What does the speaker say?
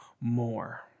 more